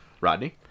Rodney